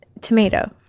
tomato